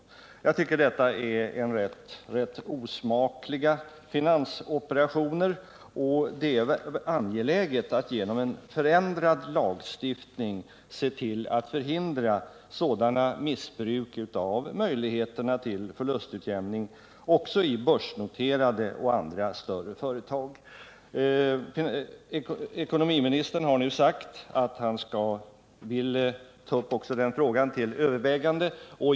Jag tycker detta är rätt osmakliga finansoperationer. Det är angeläget att genom en förändrad lagstiftning se till att förhindra sådana missbruk av möjligheterna till förlustutjämning i börsnoterade och andra större företag. Ekonomiministern har nu sagt att han vill ta upp också den frågan till övervägande.